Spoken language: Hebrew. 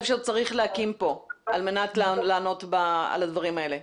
שצריך להקים כאן על מנת לענות על הדברים האלה?